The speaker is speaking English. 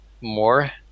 more